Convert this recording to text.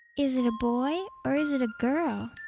is it a boy or is it a girl?